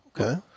Okay